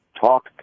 talk